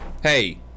Hey